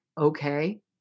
okay